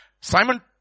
Simon